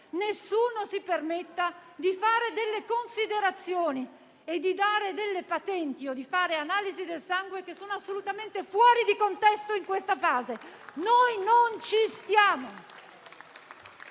nessuno si permetta di fare delle considerazioni, di dare delle patenti o di fare analisi del sangue che sono assolutamente fuori contesto in questa fase. Noi non ci stiamo